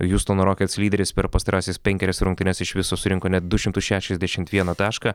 hiustono rockets lyderis per pastarąsias penkerias rungtynes iš viso surinko net du šimtus šešiasdešimt vieną tašką